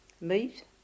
meat